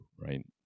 right